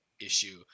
issue